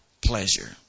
pleasure